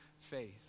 faith